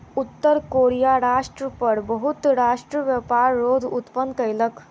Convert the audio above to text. उत्तर कोरिया राष्ट्र पर बहुत राष्ट्र व्यापार रोध उत्पन्न कयलक